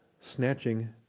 snatching